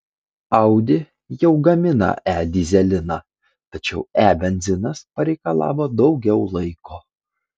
audi jau gamina e dyzeliną tačiau e benzinas pareikalavo daugiau laiko